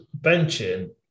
benching